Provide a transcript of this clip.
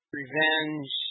revenge